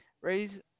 raise